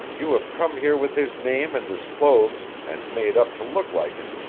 you have come here with his name and his clothes, and made up to look like him,